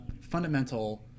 fundamental